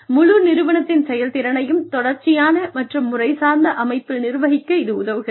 முழு நிறுவனத்தின் செயல்திறனையும் தொடர்ச்சியான மற்றும் முறைசார்ந்த அமைப்பில் நிர்வகிக்க இது உதவுகிறது